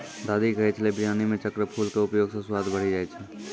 दादी कहै छेलै बिरयानी मॅ चक्रफूल के उपयोग स स्वाद बढ़ी जाय छै